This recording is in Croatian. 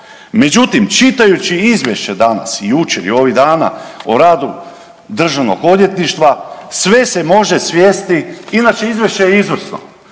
Međutim, čitajući izvješće danas i jučer i ovih dana o radu Državnog odvjetništva, sve se može svesti… Inače, izvješće je izvrsno,